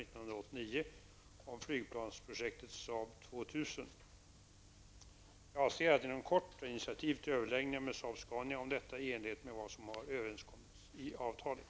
1989 om flygplansprojektet SAAB 2000. Jag avser att inom kort ta initiativ till överläggningar med Saab-Scania om detta i enlighet med vad som har överenskommits i avtalet.